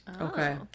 Okay